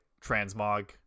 transmog